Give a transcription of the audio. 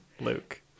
Luke